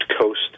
Coast